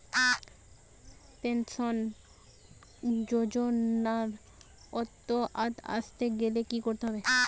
Pension যজোনার আওতায় আসতে গেলে কি করতে হবে?